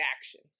action